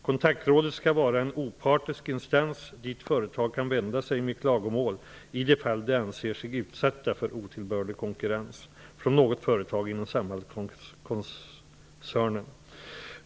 Kontaktrådet skall vara en opartisk instans dit företag kan vända sig med klagomål i de fall de anser sig utsatta för otillbörlig konkurrens från något företag inom Samhallkoncernen.